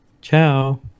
Ciao